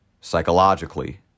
psychologically